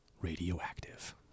Radioactive